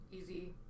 easy